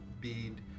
bead